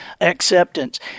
acceptance